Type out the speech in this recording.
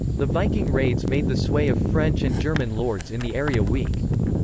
the viking raids made the sway of french and german lords in the area weak.